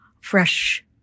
fresh